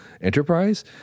enterprise